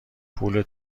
پول